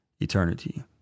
eternity